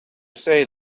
say